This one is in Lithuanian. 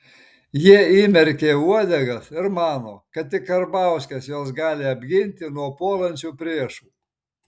jie įmerkė uodegas ir mano kad tik karbauskis juos gali apginti nuo puolančių priešų